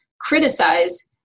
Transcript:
criticize